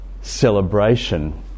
celebration